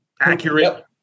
accurate